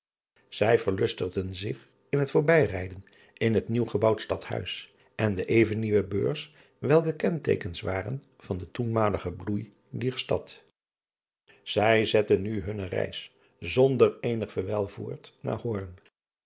ij verlustigden zich in het voorbijrijden in het nieuw gebouwd tadhuis en de even nieuwe eurs welke kenteekens waren van den toenmaligen bloei dier stad ij zetten nu hunne reis zonder eenig verwijl voort naar oorn